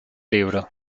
libro